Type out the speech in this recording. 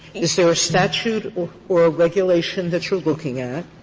is there a statute or or a regulation that you're looking at,